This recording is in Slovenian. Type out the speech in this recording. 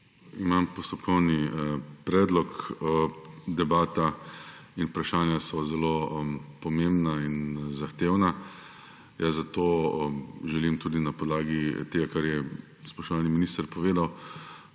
Imam postopkovni predlog. Debata in vprašanja so zelo pomembna in zahtevna. Jaz zato želim tudi na podlagi tega, kar je spoštovani minister povedal,